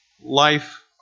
life